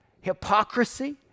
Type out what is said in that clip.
hypocrisy